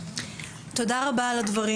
תודה רבה על הדברים.